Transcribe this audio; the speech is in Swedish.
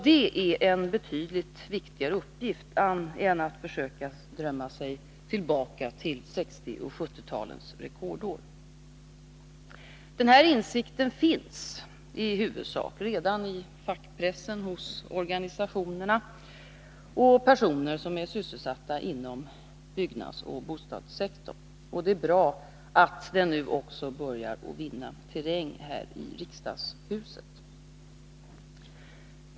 Det är en betydligt viktigare uppgift än att försöka drömma sig tillbaka till 1960 och 1970-talens rekordår. Denna insikt finns i huvudsak redan i fackpressen, hos organisationer och personer som är sysselsatta inom byggnadsoch bostadssektorn. Och det är bra att denna insikt nu också börjar vinna terräng här i riksdagshuset.